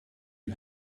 you